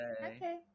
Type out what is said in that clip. Okay